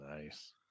Nice